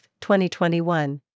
2021